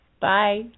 Bye